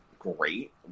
Great